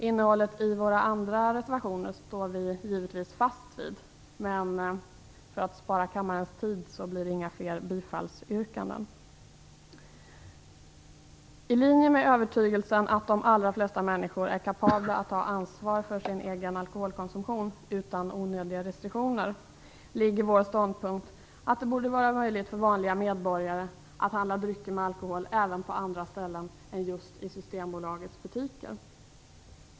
Innehållet i våra andra reservationer står vi givetvis fast vid, men för att spara kammarens tid skall jag inte framföra några fler bifallsyrkanden. I linje med övertygelsen att de allra flesta människor är kapabla att ta ansvar för sin egen alkoholkonsumtion utan onödiga restriktioner ligger vår ståndpunkt att det borde vara möjligt för vanliga medborgare att inhandla drycker med alkohol även på andra ställen än just i Systembolagets butiker.